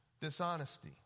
dishonesty